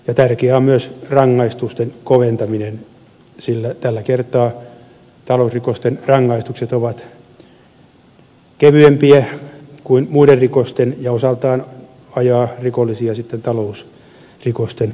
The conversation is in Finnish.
tärkeää on myös rangaistusten koventaminen sillä tällä kertaa talousrikosten rangaistukset ovat kevyempiä kuin muiden rikosten ja se osaltaan sitten ajaa rikollisia talousrikosten puolelle